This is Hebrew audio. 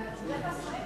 אדוני השר.